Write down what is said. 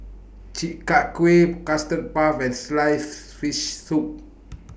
Chi Kak Kuih Custard Puff and Sliced Fish Soup